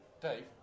Dave